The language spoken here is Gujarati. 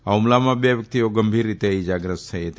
આ ફુમલામાં બે વ્યક્તિઓ ગંભીર રીતે ઇજાગ્રસ્ત થયા હતા